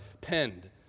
penned